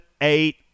eight